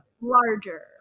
larger